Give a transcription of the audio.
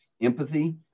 empathy